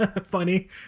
Funny